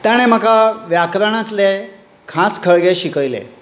ताणें म्हाका व्याकरणांतले खास खळगे शिकयले